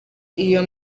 iyo